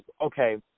Okay